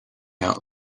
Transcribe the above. out